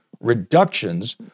reductions